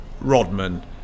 Rodman